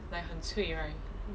like 很脆 right